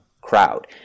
crowd